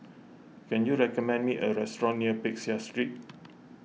can you recommend me a restaurant near Peck Seah Street